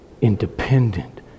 independent